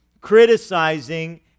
criticizing